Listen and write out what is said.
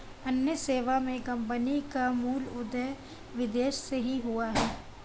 अन्य सेवा मे कम्पनी का मूल उदय विदेश से ही हुआ है